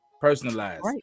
Personalized